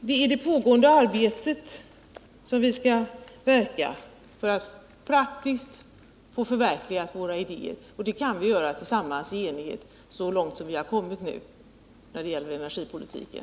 Det är i det pågående arbetet som vi skall verka för att praktiskt förverkliga våra idéer, och det kan vi göra tillsammans i enighet, så långt som vi har kommit nu när det gäller energipolitiken.